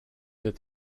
that